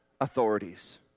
authorities